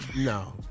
No